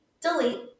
delete